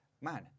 Man